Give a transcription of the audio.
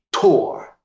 tour